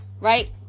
right